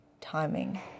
timing